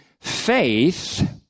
faith